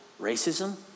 racism